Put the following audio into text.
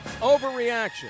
overreaction